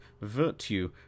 virtue